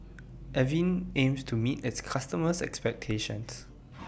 Avene aims to meet its customers' expectations